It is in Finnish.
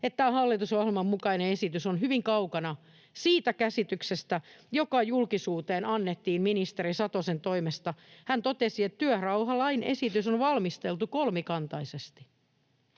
että hallitusohjelman mukainen esitys on hyvin kaukana siitä käsityksestä, joka julkisuuteen annettiin ministeri Satosen toimesta. Hän totesi, että työrauhalain esitys on valmisteltu kolmikantaisesti.